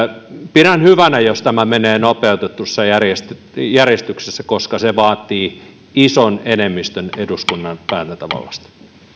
pidän hyvänä jos tämä menee nopeutetussa järjestyksessä järjestyksessä koska se vaatii ison enemmistön eduskunnan päätäntävallasta